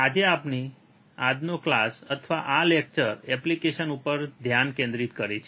આથી આજનો ક્લાસ અથવા આ લેક્ચર એપ્લિકેશન પર ધ્યાન કેન્દ્રિત કરે છે